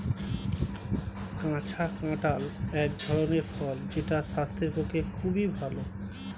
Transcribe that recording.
কাঁচা কাঁঠাল এক ধরনের ফল যেটা স্বাস্থ্যের পক্ষে খুবই ভালো